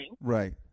Right